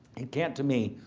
it can't, to me,